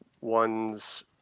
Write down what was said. ones